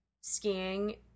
skiing